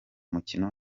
mukino